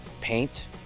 paint